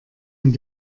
mit